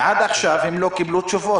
ועד עכשיו הן לא קיבלו תשובות.